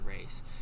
race